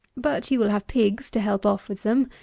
but you will have pigs to help off with them,